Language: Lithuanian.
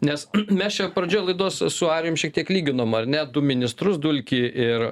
nes mes čia pradžioj laidos su arijum šiek tiek lyginom ar ne du ministrus dulkį ir